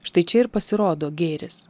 štai čia ir pasirodo gėris